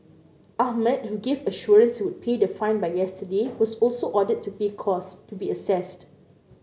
ahmed who gave assurance he would pay the fine by yesterday was also ordered to pay costs to be assessed